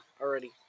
already